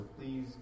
please